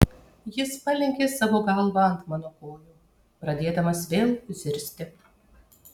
jis palenkė savo galvą ant mano kojų pradėdamas vėl zirzti